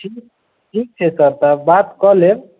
ठीक ठीक छै सर तऽ बात कऽ लेब